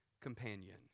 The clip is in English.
companion